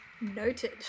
Noted